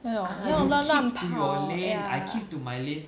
那种那种乱乱跑 ya